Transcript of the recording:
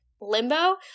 limbo